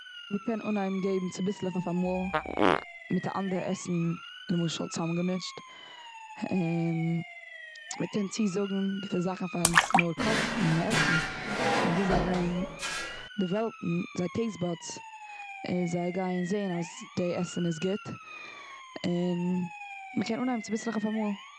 מ'קען אנהייבן געבן צוביסלעך אויף אמאל, מיט א אנדערע עסן למשל, צאמגעמישט. מ'קען צוזאגן גוטע זאכן פארן עס נאר קאסטן און עסן. און ביז זיי גייען דעוועלאפן זייער טעיסט באדס, און זיי גייען זעהן אז די עסן איז גוט, און מ'קען אנהייבן צוביסלעך אויף א מאל.